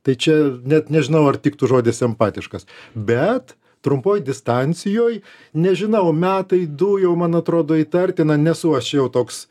tai čia net nežinau ar tiktų žodis empatiškas bet trumpoj distancijoj nežinau metai du jau man atrodo įtartina nesu aš jau toks